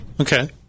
Okay